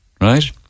right